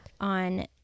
on